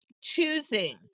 choosing